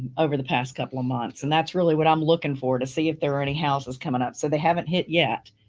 over the past couple of months and that's really what i'm looking for to see if there are any houses coming up so they haven't hit yet.